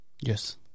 Yes